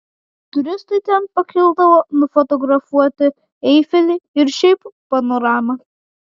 turistai ten pakildavo nufotografuoti eifelį ir šiaip panoramą